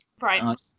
right